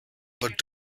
but